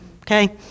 Okay